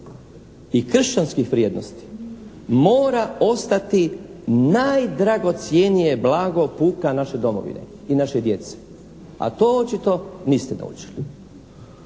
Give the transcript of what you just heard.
i kršćanskih vrijednosti mora ostati najdragocjenije blago puka naše domovine i naše djece, a to očito niste naučili.